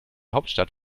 hauptstadt